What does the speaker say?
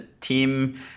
team